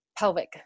Pelvic